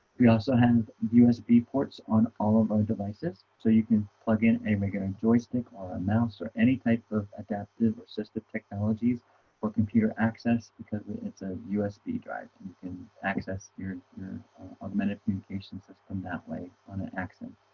we also have usb ports on all of our devices so you can plug in a make it a joystick or an mouse or any type of adaptive assistive technologies for computer access because it's a usb drive you can access your augmented communication system that way on an accent